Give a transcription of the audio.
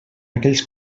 aquells